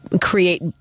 create